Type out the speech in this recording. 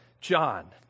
John